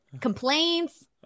complaints